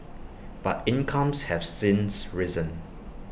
but incomes have since risen